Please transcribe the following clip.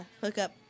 hookup